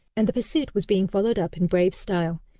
and the pursuit was being followed up in brave style,